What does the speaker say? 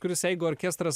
kuris jeigu orkestras